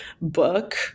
book